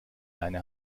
leine